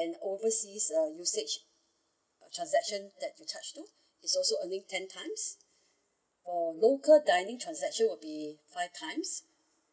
and overseas err usage transaction that you charge to it's also earning ten times uh local dining transaction will be five times